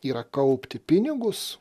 yra kaupti pinigus